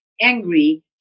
angry